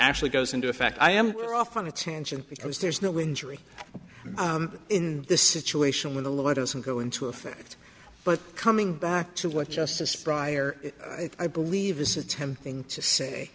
actually goes into effect i am off on a tangent because there is no injury in the situation with a lot of some go into effect but coming back to what justice prior i believe is attempting to say